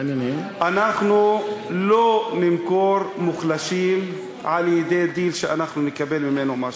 אנחנו לא נמכור מוחלשים על-ידי דיל שאנחנו נקבל בו משהו.